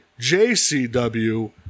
JCW